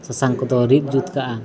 ᱥᱟᱥᱟᱝ ᱠᱚᱫᱚ ᱨᱤᱫ ᱡᱩᱛ ᱠᱟᱜᱼᱟ